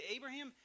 Abraham